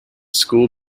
school